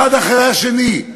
האחד אחרי השני,